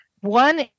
One